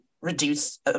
reduce